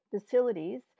facilities